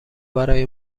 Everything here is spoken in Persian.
برای